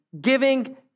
giving